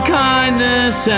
kindness